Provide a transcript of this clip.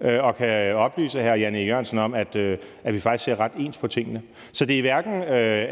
og kan oplyse hr. Jan E. Jørgensen om, at vi faktisk ser ret ens på tingene. Så det er hverken